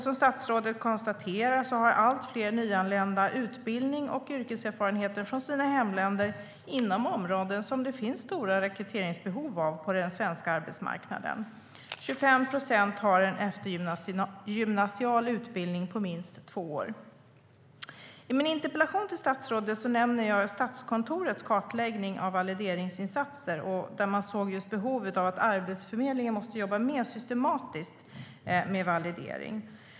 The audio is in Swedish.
Som statsrådet konstaterar har allt fler nyanlända utbildning och yrkeserfarenheter från sina hemländer inom områden där det finns stora rekryteringsbehov på den svenska arbetsmarknaden. 25 procent har en eftergymnasial utbildning på minst två år. I min interpellation till statsrådet nämner jag Statskontorets kartläggning av valideringsinsatser där man såg behovet av att Arbetsförmedlingen jobbar mer systematiskt med validering.